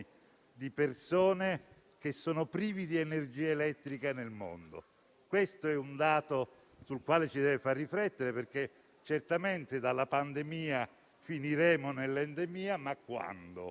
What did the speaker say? di persone che sono prive di energia elettrica nel mondo. È un dato che ci deve far riflettere, perché certamente dalla pandemia finiremo nell'endemia, ma quando?